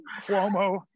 Cuomo